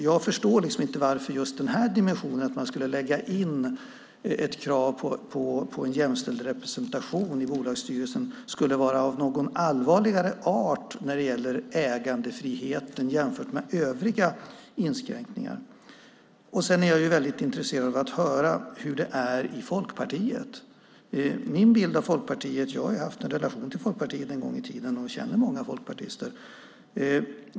Jag förstår inte varför den här dimensionen, att man skulle lägga in ett krav på en jämställd representation i bolagsstyrelser, skulle vara av någon allvarligare art när det gäller ägandefriheten jämfört med övriga inskränkningar. Jag är väldigt intresserad av att höra hur det är i Folkpartiet. Jag har haft en relation till Folkpartiet en gång i tiden och känner många folkpartister.